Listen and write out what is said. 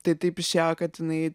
tai taip išėjo kad jinai